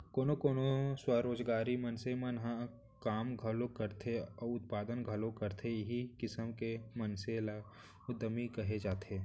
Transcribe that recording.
कोनो कोनो स्वरोजगारी मनसे मन ह काम घलोक करथे अउ उत्पादन घलोक करथे इहीं किसम के मनसे ल उद्यमी कहे जाथे